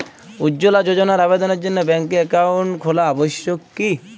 উজ্জ্বলা যোজনার আবেদনের জন্য ব্যাঙ্কে অ্যাকাউন্ট খোলা আবশ্যক কি?